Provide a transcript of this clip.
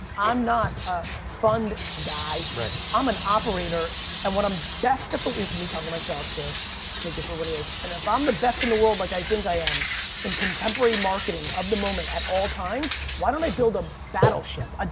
i'm not a fund guy, i'm an operator and what i'm best at the winds of me talking to myself. so let's take it for what it is. and if i'm the best in the world, like i think i am in contemporary marketing of the moment at all times. why don't i build a battleship? ah